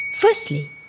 Firstly